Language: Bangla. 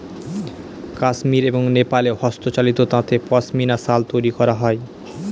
কাশ্মির এবং নেপালে হস্তচালিত তাঁতে পশমিনা শাল তৈরী করা হয়